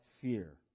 fear